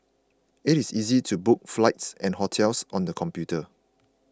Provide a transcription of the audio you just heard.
it is easy to book flights and hotels on the computer